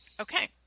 Okay